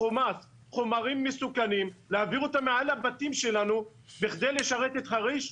חומרים מסוכנים ולהעביר אותם מעל הבתים שלנו כדי לשרת את חריש?